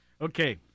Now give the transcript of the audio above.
Okay